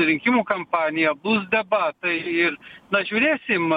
rinkimų kampanija bus debatai ir na žiūrėsim